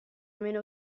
meno